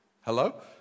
Hello